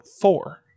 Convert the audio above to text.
four